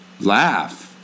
laugh